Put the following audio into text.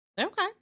okay